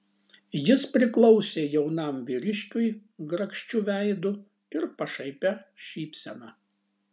jis priklausė jaunam vyriškiui grakščiu veidu ir pašaipia šypsena